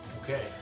Okay